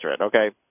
Okay